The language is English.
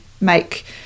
make